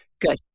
Good